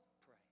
pray